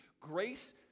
grace